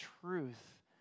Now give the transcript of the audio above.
truth